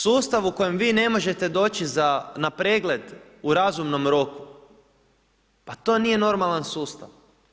Sustav u kojem vi ne možete doći na pregledu razumnom roku pa to nije normalan sustav.